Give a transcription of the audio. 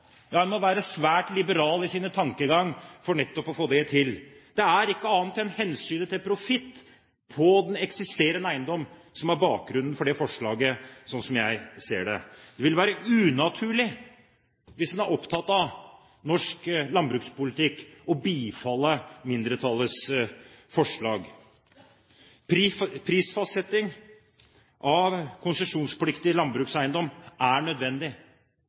må være svært liberal i sin tankegang for å få det til. Det er ikke annet enn hensynet til profitt på den eksisterende eiendom som er bakgrunnen for dette forslaget, slik jeg ser det. Det ville være unaturlig å bifalle mindretallets forslag hvis en er opptatt av norsk landbrukspolitikk. Prisfastsetting av konsesjonspliktige landbrukseiendommer er nødvendig. Det viser de små marginene og den svake lønnsomheten som er